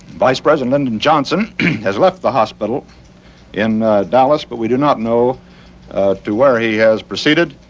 vice president and and johnson has left the hospital in dallas, but we do not know to where he has proceeded.